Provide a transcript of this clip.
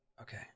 Okay